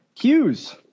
hughes